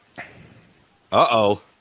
Uh-oh